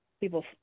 people